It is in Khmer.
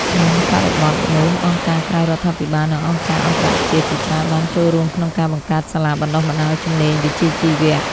ក្នុងបរិបទនោះ អង្គការក្រៅរដ្ឋាភិបាលនិងអង្គការអន្តរជាតិជាច្រើនបានចូលរួមក្នុងការបង្កើតសាលាបណ្តុះបណ្តាលជំនាញវិជ្ជាជីវៈ។